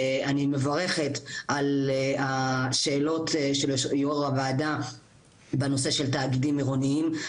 אני מברכת על השאלות של יו"ר הוועדה בנושא של תאגידים עירוניים.